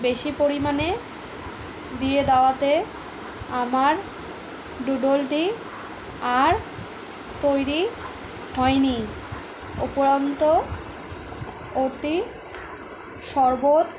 বেশি পরিমাণে দিয়ে দেওয়াতে আমার ডুডলটি আর তৈরি হয়নি উপরন্ত ওটি শরবত